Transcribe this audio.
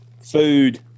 food